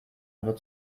nur